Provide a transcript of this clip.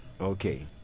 Okay